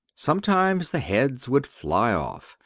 sometimes the heads would fly off.